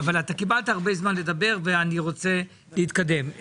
אבל קיבלת הרבה זמן לדבר, ואני רוצה להתקדם.